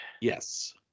Yes